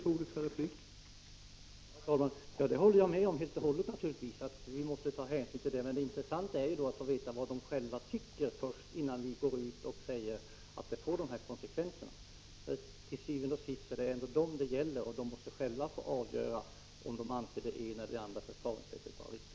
Herr talman! Jag håller naturligtvis helt och hållet med om att vi måste ta hänsyn till detta. Men det intressanta är ju att först få veta vad de berörda själva tycker, innan vi går ut och säger att det får dessa konsekvenser. Til syvende og sidst är det ju dem det gäller, och de måste själva få avgöra om de anser det ena eller andra förfaringssättet vara riktigt.